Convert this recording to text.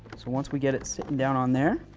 so once we get it sitting down on there,